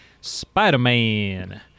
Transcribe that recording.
Spider-Man